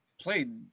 played